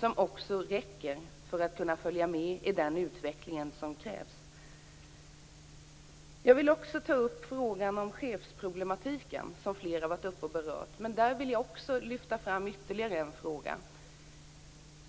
Den skall räcka för att kunna följa med i utvecklingen på det sätt som krävs. Jag vill också ta upp frågan om chefsproblematiken. Den har flera varit uppe och berört. Men där vill jag också lyfta fram ytterligare en fråga.